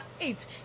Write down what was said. eight